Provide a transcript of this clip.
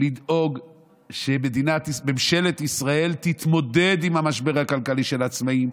לדאוג שממשלת ישראל תתמודד עם המשבר הכלכלי של העצמאים,